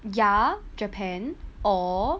ya japan or